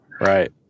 Right